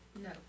No